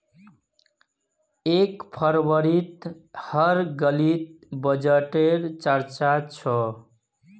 एक फरवरीत हर गलीत बजटे र चर्चा छ